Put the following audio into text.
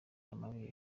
amabere